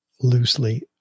loosely